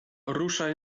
ruszaj